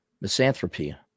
Misanthropy